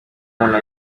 umuntu